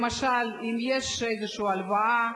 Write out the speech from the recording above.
למשל, אם יש איזו הלוואה,